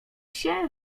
się